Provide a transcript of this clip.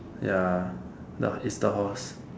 ya the is the horse